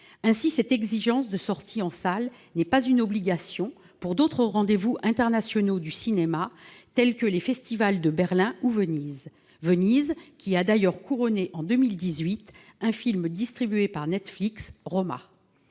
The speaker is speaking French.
reste, cette exigence de sortie en salles ne vaut pas pour d'autres rendez-vous internationaux du cinéma, tels que le festival de Berlin ou la Mostra de Venise, qui a d'ailleurs couronné, en 2018, un film distribué par Netflix,.